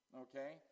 Okay